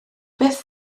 beth